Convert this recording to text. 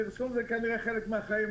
זה כנראה חלק מהחיים.